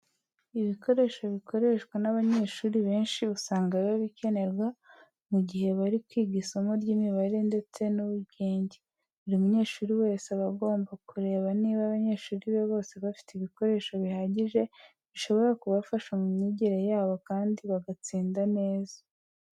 Ibikoresho bikoreshwa n'abanyeshuri benshi, usanga biba bikenerwa mu gihe bari kwiga isomo ry'imibare ndetse n'ubugenge. Buri mwarimu wese aba agomba kureba niba abanyeshuri be bose bafite ibikoresho bihagije bishobora kubafasha mu myigire yabo kandi bagatsinda neza.